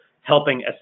helping